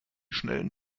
schnellen